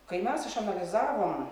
kai mes išanalizavom